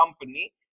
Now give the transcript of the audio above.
company